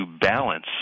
balance